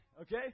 okay